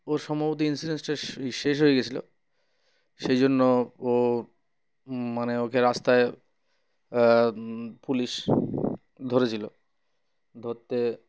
ওর সম্ভবত ইন্সুরেন্সটা শেষ হয়ে গিয়েছিলো সেই জন্য ও মানে ওকে রাস্তায় পুলিশ ধরেছিলো ধরতে